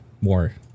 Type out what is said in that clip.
more